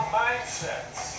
mindsets